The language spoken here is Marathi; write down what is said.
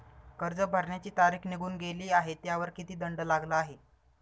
कर्ज भरण्याची तारीख निघून गेली आहे त्यावर किती दंड लागला आहे?